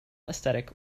aesthetic